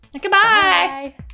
goodbye